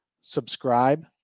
subscribe